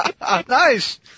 Nice